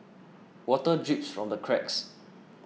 water drips from the cracks